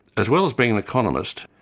as well as being an economist,